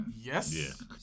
Yes